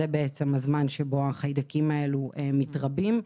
זה הזמן בו החיידקים האלה מתרבים.